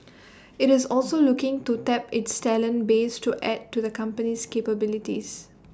IT is also looking to tap its talent base to add to the company's capabilities